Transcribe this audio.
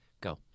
Go